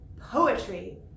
poetry